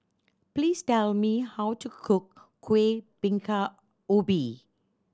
please tell me how to cook Kuih Bingka Ubi